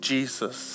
Jesus